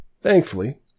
Thankfully